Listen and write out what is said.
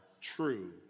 true